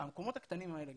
המקומות הקטנים האלה,